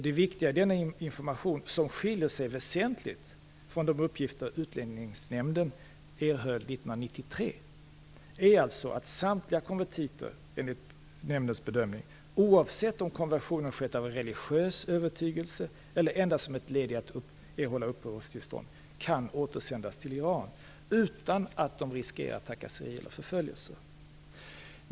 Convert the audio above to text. Det viktiga i denna information, som skiljer sig väsentligt från de uppgifter Utlänningsnämnden erhöll 1993, är att samtliga konvertiter enligt nämndens bedömning - oavsett om konversionen skett av en religiös övertygelse eller endast som ett led i att erhålla uppehållstillstånd - kan återsändas till Iran utan att de riskerar trakasseri eller förföljelse.